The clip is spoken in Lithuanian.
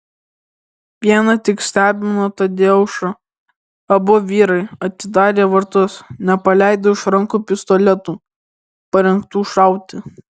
viena tik stebino tadeušą abu vyrai atidarę vartus nepaleido iš rankų pistoletų parengtų šauti